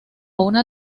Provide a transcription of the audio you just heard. una